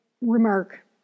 remark